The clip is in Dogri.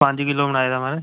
पंज किलो बनाए दा माराज